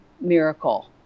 miracle